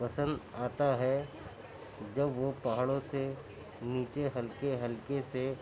پنسد آتا ہے جب وہ پہاڑوں سے نیچے ہلکے ہلکے سے